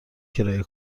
کرایه